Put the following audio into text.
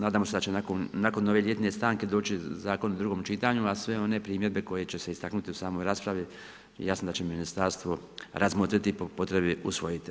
Nadamo se da će nakon ove ljetne stanke doći zakon u drugom čitanju a sve one primjedbe koje će se istaknuti u samoj raspravi jasno da će ministarstvo razmotriti i po potrebi usvojiti.